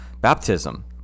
baptism